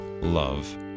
love